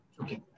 Okay